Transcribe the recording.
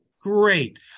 Great